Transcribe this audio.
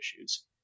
issues